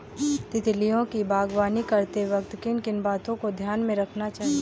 तितलियों की बागवानी करते वक्त किन किन बातों को ध्यान में रखना चाहिए?